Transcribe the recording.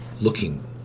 looking